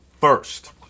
first